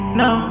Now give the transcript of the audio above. no